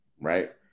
right